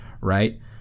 right